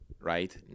right